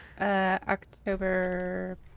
October